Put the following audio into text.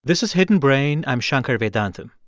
this is hidden brain. i'm shankar vedantam.